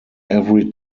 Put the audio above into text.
every